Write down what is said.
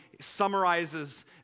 summarizes